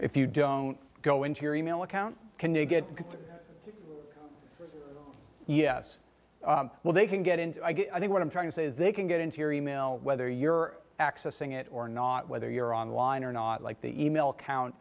if you don't go into your email account can you get yes well they can get in i think what i'm trying to say is they can get into your email whether you're accessing it or not whether you're online or not like the email account